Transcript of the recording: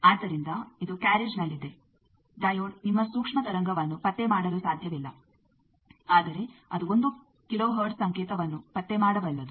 ಆದ್ದರಿಂದ ಇದು ಕ್ಯಾರ್ರೇಜ್ನಲ್ಲಿದೆ ಡೈಯೋಡ್ ನಿಮ್ಮ ಸೂಕ್ಷ್ಮ ತರಂಗವನ್ನು ಪತ್ತೆ ಮಾಡಲು ಸಾಧ್ಯವಿಲ್ಲ ಆದರೆ ಅದು 1 ಕಿಲೋ ಹರ್ಟ್ಜ್ ಸಂಕೇತವನ್ನು ಪತ್ತೆ ಮಾಡಬಲ್ಲದು